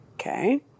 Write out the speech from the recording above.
Okay